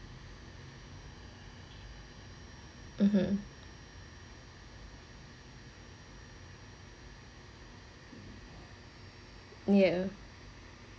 (uh huh) ya